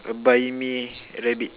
a buy me rabbit